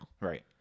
Right